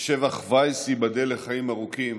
ושבח וייס, ייבדל לחיים ארוכים.